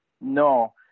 No